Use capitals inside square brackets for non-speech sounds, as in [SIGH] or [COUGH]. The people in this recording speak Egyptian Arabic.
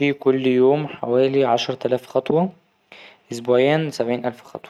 [UNINTELLIGIBLE] كل يوم حوالي عشر تلاف خطوة أسبوعيا سبعين ألف خطوة.